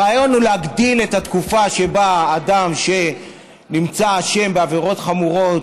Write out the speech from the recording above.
הרעיון הוא להגדיל את התקופה שבה אדם שנמצא אשם בעבירות חמורות